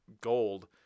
gold